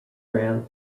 round